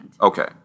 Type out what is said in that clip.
Okay